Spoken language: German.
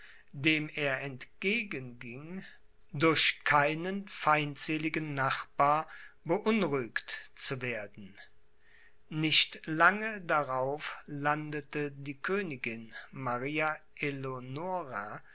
dem er entgegenging durch keinen feindseligen nachbar beunruhigt zu werden nicht lange darauf landete die königin